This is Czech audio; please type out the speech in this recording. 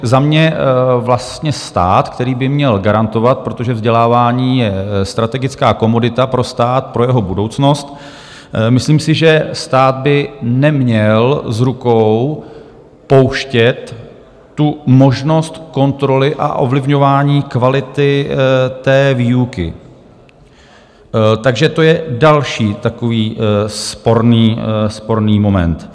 Za mě vlastně stát, který by měl garantovat protože vzdělávání je strategická komodita pro stát, pro jeho budoucnost myslím si, že stát by neměl z rukou pouštět možnost kontroly a ovlivňování kvality výuky, takže to je další takový sporný moment.